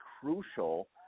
crucial